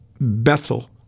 Bethel